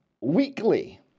weekly